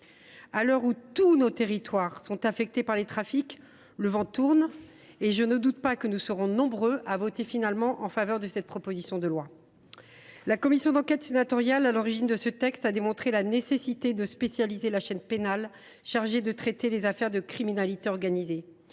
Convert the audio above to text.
À l’heure où tous nos territoires sont affectés par les trafics, le vent tourne. Je ne doute pas que nous serons nombreux à voter finalement en faveur de cette proposition de loi. La commission d’enquête sénatoriale, à l’origine de ce texte, a démontré la nécessité de spécialiser la chaîne pénale chargée de traiter les affaires de criminalités organisées.